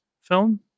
film